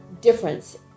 difference